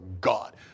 God